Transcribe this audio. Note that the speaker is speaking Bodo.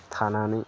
थानानै